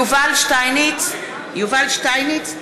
(קוראת בשמות חברי הכנסת) יובל שטייניץ,